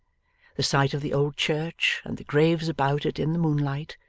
the sight of the old church, and the graves about it in the moonlight,